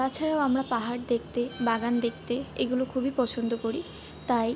তাছাড়াও আমরা পাহাড় দেখতে বাগান দেখতে এগুলো খুবই পছন্দ করি তাই